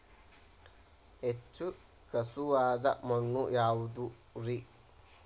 ಹೆಚ್ಚು ಖಸುವಾದ ಮಣ್ಣು ಯಾವುದು ರಿ?